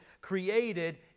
created